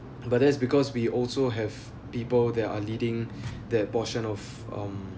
but that's because we also have people that are leading that portion of um